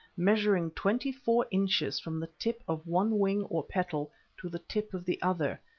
measuring twenty-four inches from the tip of one wing or petal to the tip of the other,